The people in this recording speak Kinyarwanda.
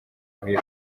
huye